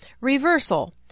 reversal